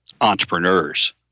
entrepreneurs